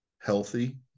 healthy